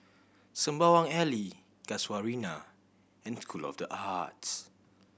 Sembawang Alley Casuarina and School of The Arts